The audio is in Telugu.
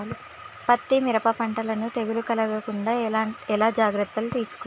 పత్తి మిరప పంటలను తెగులు కలగకుండా ఎలా జాగ్రత్తలు తీసుకోవాలి?